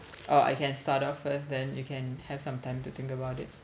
or I can start off first then you can have some time to think about it